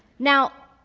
now,